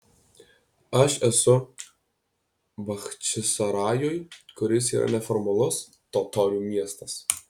aš esu bachčisarajuj kuris yra neformalus totorių miestas